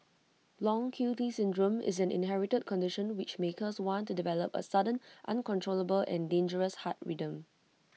long Q T syndrome is an inherited condition which may cause one to develop A sudden uncontrollable and dangerous heart rhythm